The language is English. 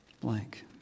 blank